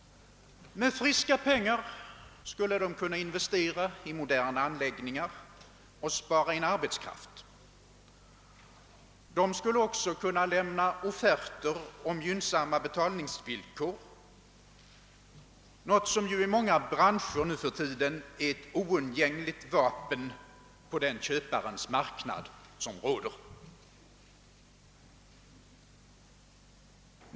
Med friska pengar skulle de kunna investera i moderna anläggningar och spara in arbetskraft. De skulle också kunna lämna offerter om gynnsamma betalningsvillkor, någonting som ju i många branscher nu för tiden är ett oundgängligt vapen på den köparens marknad som råder.